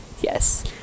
Yes